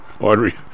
Audrey